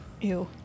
Ew